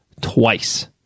twice